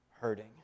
hurting